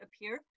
appear